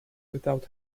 without